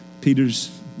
Peter's